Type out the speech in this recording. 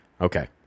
Okay